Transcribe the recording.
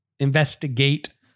investigate